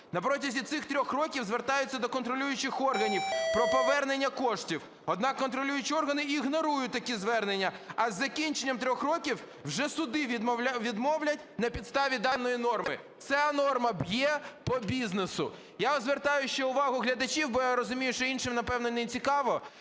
На протязі цих 3 років звертаються до контролюючих органів про повернення коштів, однак контролюючі органи ігнорують такі звернення, а із закінченням 3 років вже суди відмовлять на підставі даної норми. Ця норма б'є по бізнесу. Я звертаю ще увагу глядачів, бо я розумію, що іншим, напевно, нецікаво,